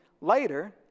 later